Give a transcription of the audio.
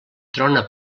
trona